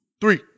Three